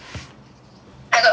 oh my god what is game